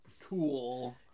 cool